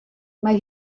mae